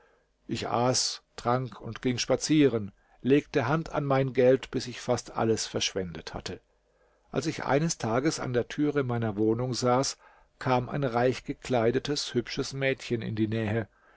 ich aß trank und ging spazieren legte hand an mein geld bis ich fast alles verschwendet hatte als ich eines tages an der türe meiner wohnung saß kam ein reichgekleidetes hübsches mädchen in die nähe